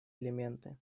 элементы